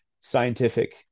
scientific